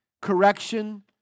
correction